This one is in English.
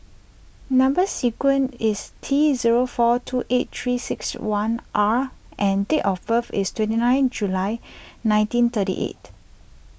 Number Sequence is T zero four two eight three six one R and date of birth is twenty nine July nineteen thirty eight